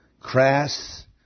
crass